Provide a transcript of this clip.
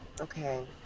Okay